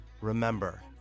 Remember